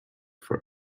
for